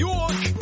York